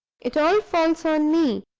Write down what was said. it all falls on me,